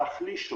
להחליש אותו.